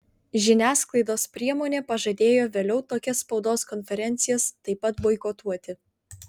žiniasklaidos priemonė pažadėjo vėliau tokias spaudos konferencijas taip pat boikotuoti